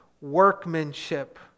workmanship